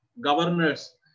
governors